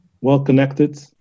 well-connected